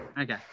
Okay